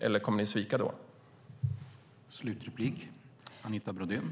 Eller kommer ni att svika då?